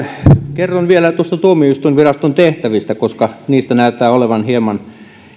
kerron vielä noista tuomioistuinviraston tehtävistä koska niistä näyttää olevan hieman